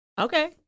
Okay